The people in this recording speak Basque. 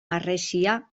harresia